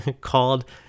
called